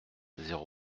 zéro